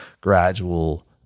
gradual